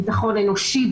ביטחון אנושי,